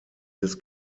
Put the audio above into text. des